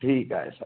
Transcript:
ठीक आहे स